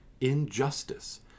Injustice